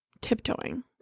tiptoeing